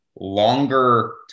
longer